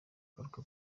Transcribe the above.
agaruka